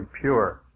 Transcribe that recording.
pure